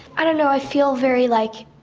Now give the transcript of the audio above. i you know i feel very, like,